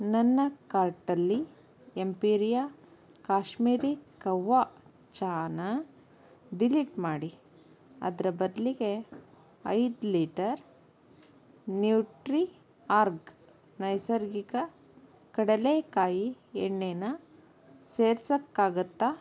ನನ್ನ ಕಾರ್ಟಲ್ಲಿ ಎಂಪೀರಿಯಾ ಕಾಶ್ಮೀರೀ ಕಹ್ವಾ ಚಹಾನ ಡಿಲೀಟ್ ಮಾಡಿ ಅದರ ಬದಲಿಗೆ ಐದು ಲೀಟರ್ ನ್ಯೂಟ್ರಿಆರ್ಗ್ ನೈಸರ್ಗಿಕ ಕಡಲೆಕಾಯಿ ಎಣ್ಣೆಯನ್ನ ಸೇರ್ಸಕ್ಕಾಗತ್ತಾ